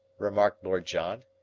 remarked lord john.